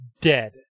Dead